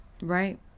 Right